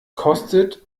kostet